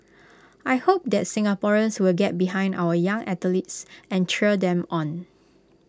I hope that Singaporeans will get behind our young athletes and cheer them on